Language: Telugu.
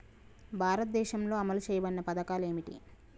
భారతదేశంలో అమలు చేయబడిన పథకాలు ఏమిటి?